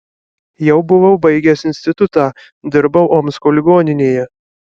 jau buvau baigęs institutą dirbau omsko ligoninėje